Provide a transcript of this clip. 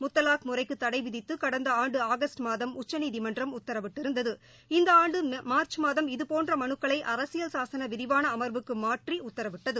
முத்தலாக் முறைக்கு தடை விதித்து கடந்த ஆண்டு ஆகஸ்ட் மாதம் உச்சநீதிமன்றம் உத்தரவிட்டிருந்தது இந்த ஆண்டு மார்ச் மாதம் இதுபோன்ற மனுக்களை அரசியல் சாசன விரிவான அம்வுக்கு மாற்றி உத்தரவிட்டது